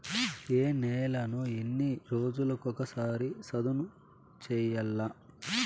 ఏ నేలను ఎన్ని రోజులకొక సారి సదును చేయల్ల?